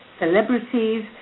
celebrities